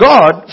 God